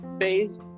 phase